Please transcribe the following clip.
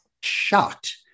shocked